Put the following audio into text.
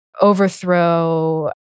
overthrow